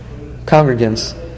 congregants